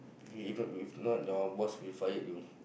if if not your boss will fired you